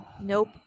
Nope